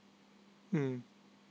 mm